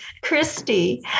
Christy